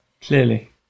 Clearly